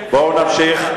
בואו נמשיך.